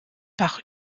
par